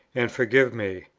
and forgive me.